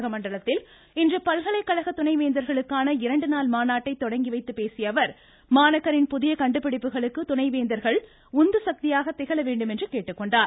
உதகமண்டலத்தில் இன்று பல்கலைக்கழக துணைவேந்தர்களுக்கான இரண்டுநாள் மாநாட்டை தொடங்கி வைத்து பேசிய அவர் மாணாக்கரின் புதிய கண்டுபிடிப்புகளுக்கு துணைவேந்தர்கள் உந்துசக்தியாக திகழ வேண்டும் என கேட்டுக் கொண்டார்